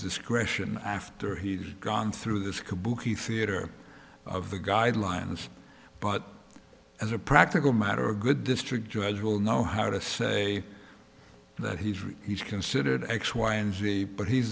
discretion after he's gone through this kabuki theater of the guidelines but as a practical matter a good district judge will know how to say that he's right he's considered x y and z but he's